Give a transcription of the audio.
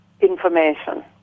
information